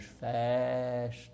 fast